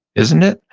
isn't it?